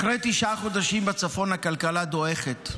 אחרי תשעה חודשים בצפון הכלכלה דועכת,